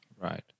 Right